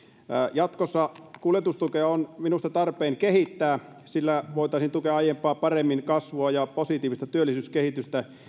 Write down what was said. jatkossa kuljetustukea on minusta tarpeen kehittää sillä voitaisiin tukea aiempaa paremmin kasvua ja positiivista työllisyyskehitystä